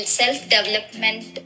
self-development